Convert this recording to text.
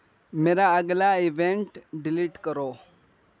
میرا اگلا event delete کرو